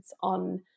on